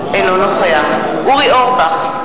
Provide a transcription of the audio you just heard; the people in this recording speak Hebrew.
אינו נוכח אורי אורבך,